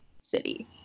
city